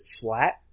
flat